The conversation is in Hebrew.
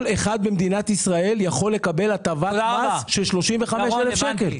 אחד במדינת ישראל יכול לקבל הטבת מס של 35,000 ₪.